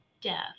death